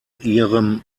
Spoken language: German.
ihrem